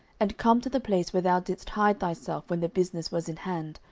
and come to the place where thou didst hide thyself when the business was in hand,